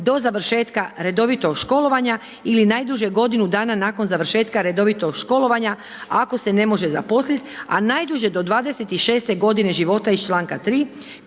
do završetka redovitog školovanja ili najduže godinu nakon završetka redovitog školovanja ako se ne može zaposlit, a najduže do 26 godine života iz članka 3.